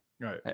right